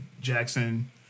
Jackson